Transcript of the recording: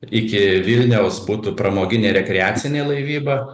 iki vilniaus būtų pramoginė rekreacinė laivyba